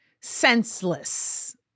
senseless